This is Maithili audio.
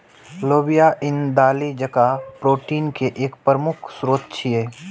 लोबिया ईन दालि जकां प्रोटीन के एक प्रमुख स्रोत छियै